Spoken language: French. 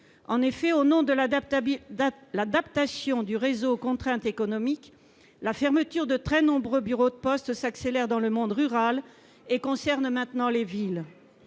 En effet, au nom de l'adaptation du réseau aux contraintes économiques, la fermeture de très nombreux bureaux de poste s'accélère dans le monde rural et concerne maintenant les villes.